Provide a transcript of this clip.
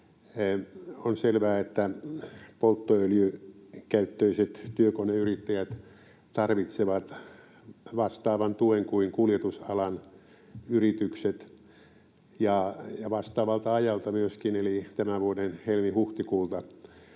On selvää, että polttoöljyä käyttävät työkoneyrittäjät tarvitsevat vastaavan tuen kuin kuljetusalan yritykset — ja vastaavalta ajalta myöskin, eli tämän vuoden helmi—huhtikuulta.